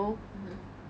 mmhmm